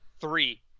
Three